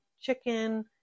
chicken